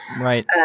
Right